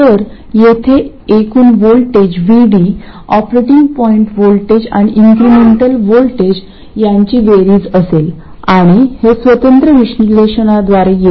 तर येथे एकूण voltage VD operating point voltage आणि इंक्रेमेंटल व्होल्टेज यांची बेरीज असेल आणि हे स्वतंत्र विश्लेषणाद्वारे येते